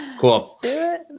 Cool